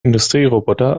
industrieroboter